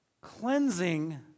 cleansing